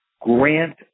Grant